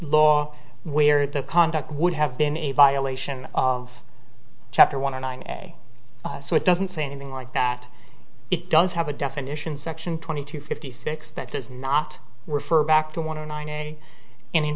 law where the conduct would have been a violation of chapter one and so it doesn't say anything like that it does have a definition section twenty two fifty six that does not refer back to one and in